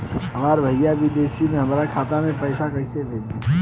हमार भईया विदेश से हमारे खाता में पैसा कैसे भेजिह्न्न?